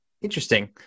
Interesting